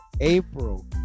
April